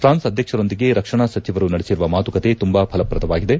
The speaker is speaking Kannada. ಪ್ರಾನ್ಸ್ ಅದ್ಯಕ್ಷರೊಂದಿಗೆ ರಕ್ಷಣಾ ಸಚಿವರು ನಡೆಸಿರುವ ಮಾತುಕತೆ ತುಂಬ ಫಲಪ್ರದವಾಗಿದೆ